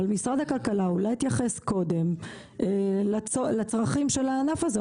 אבל משרד הכלכלה אולי יתייחס קודם לצרכים של הענף הזה,